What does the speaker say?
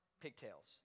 pigtails